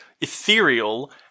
ethereal